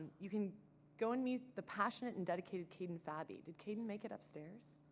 you can go and meet the passionate and dedicated caden fabbi. did caden make it upstairs?